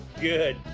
Good